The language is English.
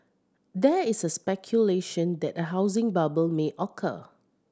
there is a speculation that a housing bubble may occur